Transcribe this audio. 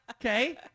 Okay